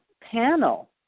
panel